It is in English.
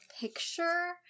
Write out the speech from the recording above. picture